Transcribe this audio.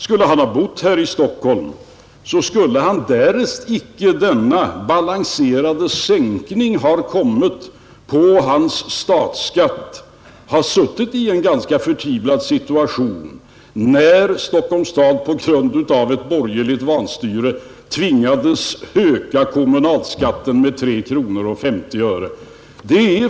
Om han hade bott här i Stockholm, skulle han — därest denna balanserade sänkning icke skulle ha kommit på hans statsskatt — ha varit i en ganska förtvivlad situation när Stockholms stad på grund av ett borgerligt vanstyre tvingades höja kommunalskatten med 3:50.